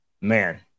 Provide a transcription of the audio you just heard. man